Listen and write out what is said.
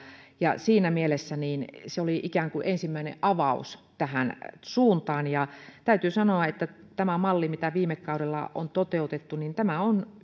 siinä mielessä se oli ikään kuin ensimmäinen avaus tähän suuntaan täytyy sanoa että tämä malli mitä viime kaudella on toteutettu on